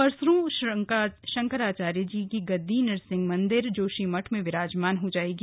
परसों शंकराचार्य जी की गद्दी नृसिंह मंदिर जोशीमठ में विराजमान हो जाएगी